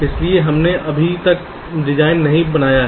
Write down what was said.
इसलिए हमने अभी तक डिजाइन नहीं बनाया है